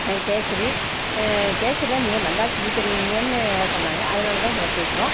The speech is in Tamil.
கேசரி கேசரிலாம் நீங்கள் நல்லா செஞ்சு தருவீங்கன்னு சொன்னாங்க அதனால் தான் உங்களை கேட்குறோம்